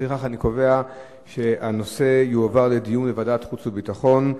לפיכך אני קובע שהנושא יועבר לדיון בוועדת החוץ והביטחון,